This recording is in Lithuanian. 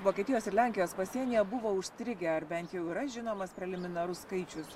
vokietijos ir lenkijos pasienyje buvo užstrigę ar bent jau yra žinomas preliminarus skaičius